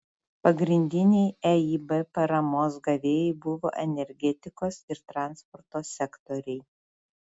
pagrindiniai eib paramos gavėjai buvo energetikos ir transporto sektoriai